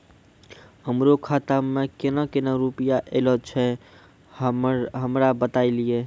हमरो खाता मे केना केना रुपैया ऐलो छै? हमरा बताय लियै?